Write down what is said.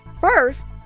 first